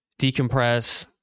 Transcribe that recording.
decompress